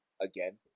again